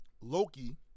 loki